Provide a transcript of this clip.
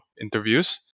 interviews